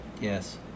Yes